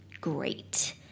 great